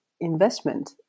investment